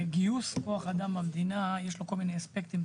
גיוס כוח אדם במדינה יש לו כל מיני אספקטים.